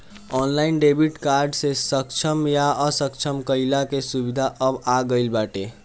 online debit card के सक्षम या असक्षम कईला के सुविधा अब आ गईल बाटे